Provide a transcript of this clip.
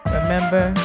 Remember